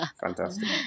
Fantastic